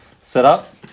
setup